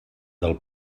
del